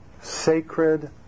sacred